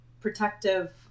protective